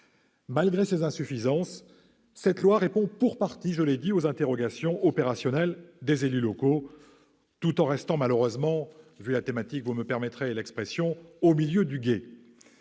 Malgré ces insuffisances, cette proposition de loi répond pour partie, je l'ai dit, aux interrogations opérationnelles des élus locaux, tout en restant malheureusement, si vous me permettez l'expression, au milieu du gué.